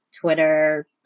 Twitter